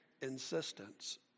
insistence